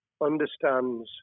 understands